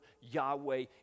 Yahweh